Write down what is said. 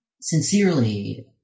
sincerely